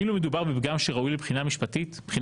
האם מדובר בפגם שראוי מבחינה שיפוטית?